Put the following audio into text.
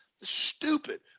Stupid